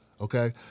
okay